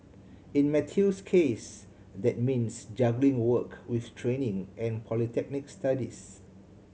in Matthew's case that means juggling work with training and polytechnic studies